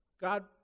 God